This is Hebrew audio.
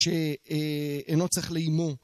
שאינו צריך לאימו